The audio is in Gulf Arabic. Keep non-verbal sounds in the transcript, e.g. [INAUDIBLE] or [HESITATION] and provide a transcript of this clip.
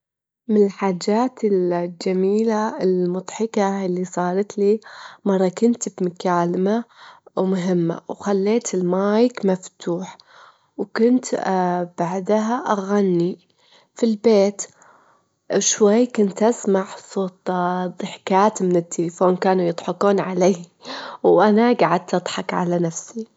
بصراحة شعور [HESITATION] عدم حضور حفل زفاف أو عدم حضور أي مناسبة ما يعني لي شي، لإنه كل إنسان يعيش حياته الخاصة، يعيش ظروفه الخاصة، مناسباته الخاصة ويعرف اللي ليه واللي عليه.